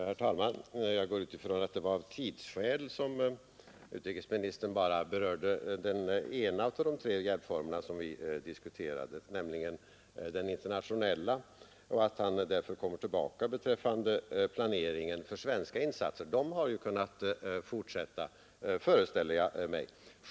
Herr talman! Jag går ut från att det var av tidsskäl som utrikesministern bara berörde en av de tre hjälpformer som vi diskuterade, nämligen den internationella, och att han därför kommer tillbaka beträffande planeringen för svenska insatser. Jag föreställer mig att denna har kunnat fortsätta.